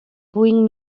bring